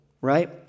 right